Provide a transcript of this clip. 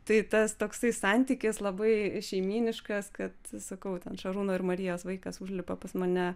tai tas toksai santykis labai šeimyniškas kad sakau ten šarūno ir marijos vaikas užlipa pas mane